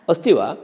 अस्ति वा